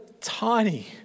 tiny